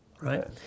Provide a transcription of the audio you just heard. right